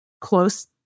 close